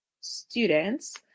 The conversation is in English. students